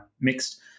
mixed